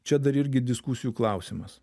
čia dar irgi diskusijų klausimas